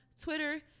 Twitter